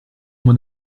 mon